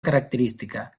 característica